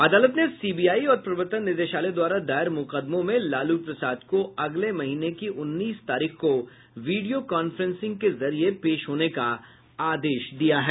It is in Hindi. अदालत ने सीबीआई और प्रवर्तन निदेशालय द्वारा दायर मुकदमों में लालू प्रसाद को अगले महीने की उन्नीस तारीख को वीडियो कान्फ्रेंस के जरिये पेश होने का आदेश दिया है